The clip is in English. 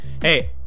Hey